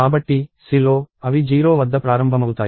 కాబట్టి Cలో అవి 0 వద్ద ప్రారంభమవుతాయి